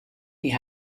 die